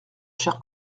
cher